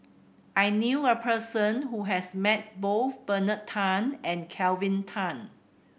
I knew a person who has met both Bernard Tan and Kelvin Tan